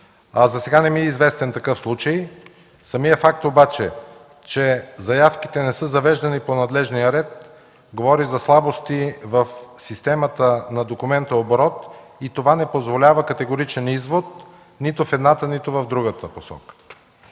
засега не ми е известен такъв случай. Самият факт обаче, че заявките не са завеждани по надлежния ред, говори за слабости в системата на документооборота и това не позволява категоричен извод нито в едната, нито в другата посока.